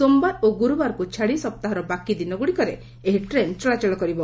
ସୋମବାର ଓ ଗୁରୁବାରକୁ ଛାଡ଼ି ସପ୍ତାହର ବାକି ଦିନଗୁଡ଼ିକରେ ଏହି ଟ୍ରେନ୍ ଚଳାଚଳ କରିବ